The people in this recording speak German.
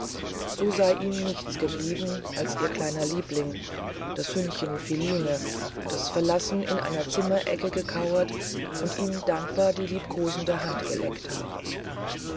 so sei ihm nichts geblieben als ihr kleiner liebling das hündchen philine das verlassen in einer zimmerecke gekauert und ihm dankbar die liebkosende hand geleckt habe